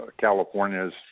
California's